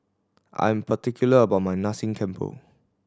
I am particular about my Nasi Campur